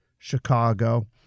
Chicago